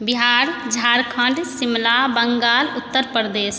Bihar Jharkhand Shimla Bengal Uttar Pradesh